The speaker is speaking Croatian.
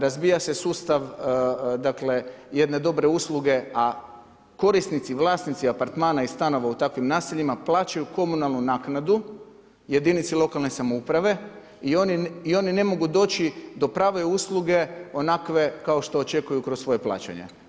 Razbija se sustav jedne dobre usluge, a korisnici, vlasnici apartmana i stanova u takvim naseljima plaćaju komunalnu naknadu jedinici lokalne samouprave i oni ne mogu doći do prave usluge onakve kao što očekuju kroz svoja plaćanja.